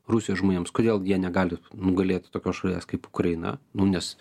rusijos žmonėms kodėl jie negali nugalėti tokios šalies kaip ukraina nu nes